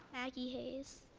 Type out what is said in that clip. aggie hayes.